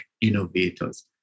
innovators